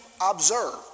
observe